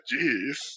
Jeez